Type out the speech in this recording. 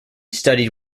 studied